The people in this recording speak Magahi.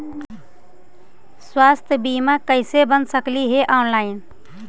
स्वास्थ्य बीमा कैसे बना सकली हे ऑनलाइन?